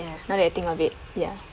ya now that I think of it ya